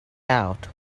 out